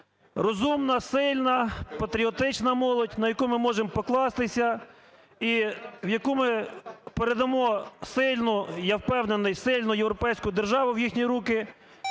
розумна, сильна, патріотична молодь, на яку ми можемо покластися, і якій ми передамо сильну, я впевнений, сильну європейську державу в їхні руки.